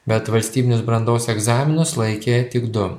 bet valstybinius brandos egzaminus laikė tik du